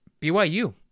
BYU